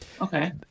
Okay